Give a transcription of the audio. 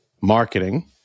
marketing